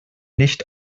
nicht